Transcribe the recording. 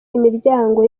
imiryango